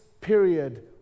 period